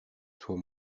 soit